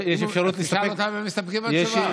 תשאל אותם אם הם מסתפקים בתשובה.